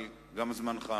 אבל גם זמנך עבר.